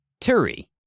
Turi